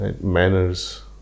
Manners